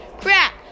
crap